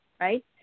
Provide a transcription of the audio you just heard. right